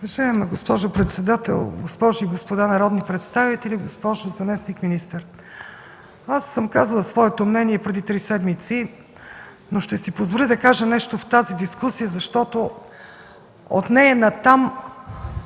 Уважаема госпожо председател, госпожи и господа народни представители, госпожо заместник-министър! Аз съм казала своето мнение и преди три седмици, но ще си позволя да кажа нещо в тази дискусия, защото от нея натам